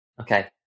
okay